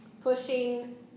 pushing